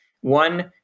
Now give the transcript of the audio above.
One